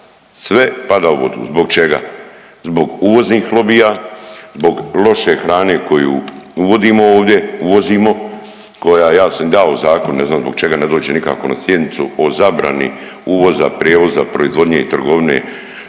sve pada u vodu. Zbog čega? Zbog uvoznih lobija, zbog loše hrane koju uvodimo ovdje, uvozimo. Ja sam i dao zakon ne zbog čega ne dođe nikako na sjednicu o zabrani uvoza, prijevoza, proizvodnje i trgovine